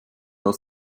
hat